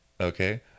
okay